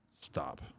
Stop